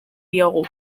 diogu